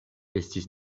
estis